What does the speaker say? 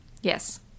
Yes